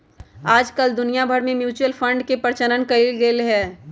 आजकल दुनिया भर में म्यूचुअल फंड के प्रचलन कइल गयले है